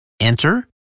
Enter